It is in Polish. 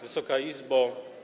Wysoka Izbo!